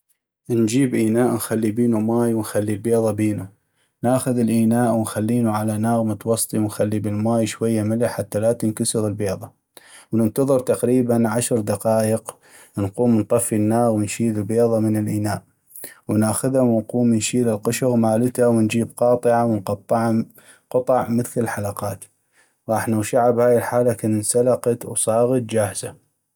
نجيب اناء نخلي بينو ماي ونخلي البيضة بينو ، ناخذ الإناء ونخلينو على ناغ متوسطي ونخلي بالماي شوية ملح حتى لاتنكسغ البيضة ، وننتظر تقريباً عشر دقائق ، نقوم نطفي الناغ ونشيل البيضة من الإناء ، وناخذا ونقوم نشيل القشغ مالتا ، ونجيب قاطعة ونقطعا قطع مثل الحلقات ، غاح نغشعا بهاي الحالة كن انسلقت وصاغت جاهزة.